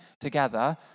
together